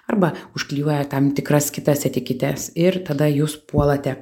arba užklijuoja tam tikras kitas etikites ir tada jūs puolate